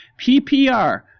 PPR